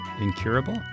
Incurable